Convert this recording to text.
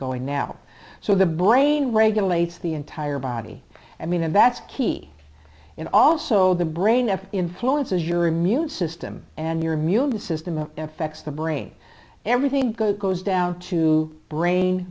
going now so the brain regulates the entire body i mean and that's key and also the brain that influences your immune system and your immune system and affects the brain everything goes down to brain